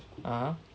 (uh huh)